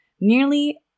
Nearly